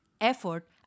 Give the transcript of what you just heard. effort